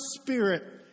spirit